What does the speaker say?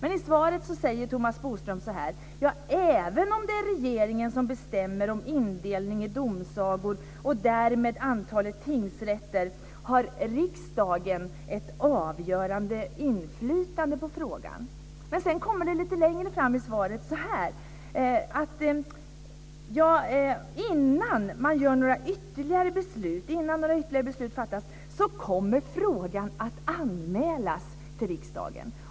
I svaret säger Thomas Bodström: "Även om det är regeringen som bestämmer om indelningen i domsagor och därmed antalet tingsrätter har riksdagen ett avgörande inflytande på frågan." Lite längre ned i svaret står det att innan några ytterligare beslut fattas kommer frågan att anmälas till riksdagen.